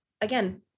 again